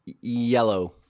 Yellow